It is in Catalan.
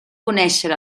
conèixer